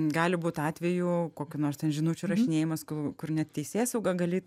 gali būt atvejų kokių nors ten žinučių rašinėjimas ku kur net teisėsaugą gali